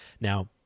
Now